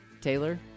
Taylor